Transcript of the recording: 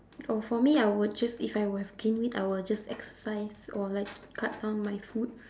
oh for me I would choose if I would have gained weight I will just exercise or like cut down my food